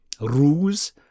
Ruse